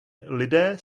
lidé